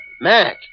Mac